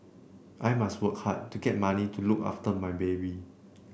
I must work hard to get money to look after my baby